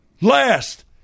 last